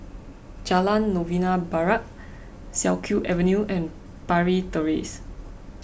Jalan Novena Barat Siak Kew Avenue and Parry Terrace